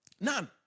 None